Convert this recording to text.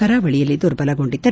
ಕರಾವಳಿಯಲ್ಲಿ ಮರ್ಬಲಗೊಂಡಿದೆ